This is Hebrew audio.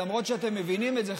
למרות שאתם מבינים את זה,